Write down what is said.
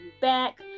back